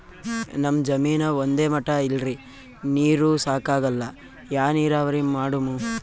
ನಮ್ ಜಮೀನ ಒಂದೇ ಮಟಾ ಇಲ್ರಿ, ನೀರೂ ಸಾಕಾಗಲ್ಲ, ಯಾ ನೀರಾವರಿ ಮಾಡಮು?